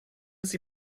sie